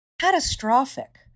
catastrophic